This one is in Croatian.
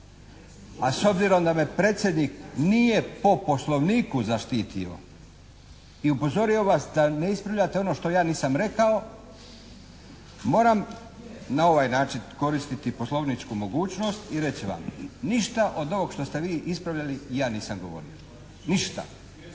A s obzirom da me predsjednik nije po poslovniku zaštitio i upozorio vas da ne ispravljate ono što ja nisam rekao moram na ovaj način koristiti poslovničku mogućnost i reći vam. Ništa od ovoga što ste vi ispravljali ja nisam govorio. Ništa.